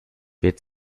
wird